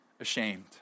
ashamed